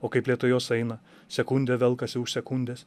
o kaip lėtai jos eina sekundė velkasi už sekundės